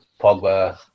Pogba